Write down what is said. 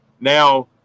Now